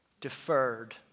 deferred